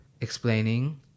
explaining